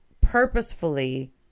purposefully